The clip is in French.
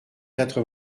quatre